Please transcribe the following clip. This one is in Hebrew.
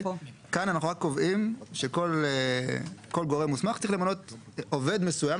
כאן אנחנו רק קובעים שכל גורם מוסמך צריך למנות עובד מסוים,